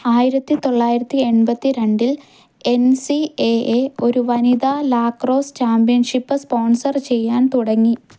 ആയിരത്തി തൊള്ളായിരത്തി എൺപത്തി രണ്ടിൽ എൻ സീ എ എ ഒരു വനിതാ ലാക്രോസ് ചാമ്പ്യൻഷിപ്പ് സ്പോൺസറ് ചെയ്യാൻ തുടങ്ങി